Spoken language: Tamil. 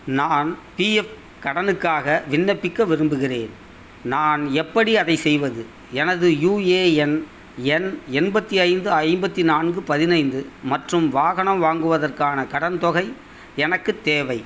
நான் பிஎஃப் கடனுக்காக விண்ணப்பிக்க விரும்புகிறேன் நான் எப்படி அதை செய்வது எனது யுஏஎன் எண் எண்பத்தி ஐந்து ஐம்பத்தி நான்கு பதினைந்து மற்றும் வாகனம் வாங்குவதற்கான கடன் தொகை எனக்கு தேவை